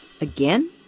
again